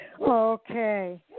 Okay